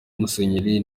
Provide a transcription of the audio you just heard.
musenyeri